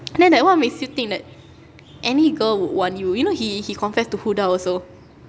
then like what makes you think that any girl would want you you know he he confessed to huda also